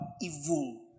evil